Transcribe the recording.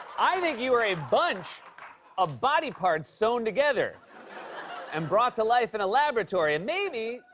i think you are a bunch of body parts sewn together and brought to life in a laboratory, and maybe,